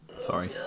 Sorry